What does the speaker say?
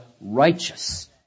righteous